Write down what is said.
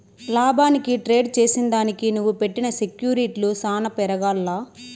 లాభానికి ట్రేడ్ చేసిదానికి నువ్వు పెట్టిన సెక్యూర్టీలు సాన పెరగాల్ల